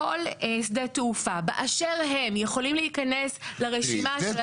כל שדה תעופה באשר הם יכולים להיכנס לרשימה.